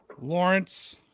Lawrence